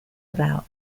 about